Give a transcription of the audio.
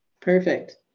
Perfect